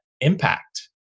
impact